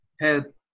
help